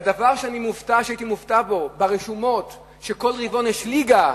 והדבר שהייתי מופתע ממנו הוא שברשומות של כל רבעון יש ליגה,